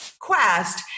quest